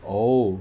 oh